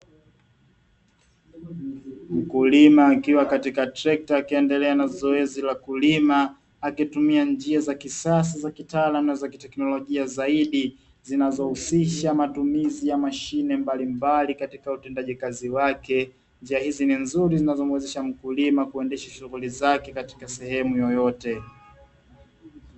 Mkulima akiwa katika trekta akiendelea na zoezi la kulima akitumia njia za kisasa, za kitaalamu na za kiteknolojia zaidi zinazohusisha matumizi ya mashine mbalimbali katika utendaji kazi wake. Njia hizi ni nzuri zinazomuwezesha mkulima kuendesha shughuli zake katika sehemu yoyote.